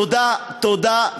תודה, תודה.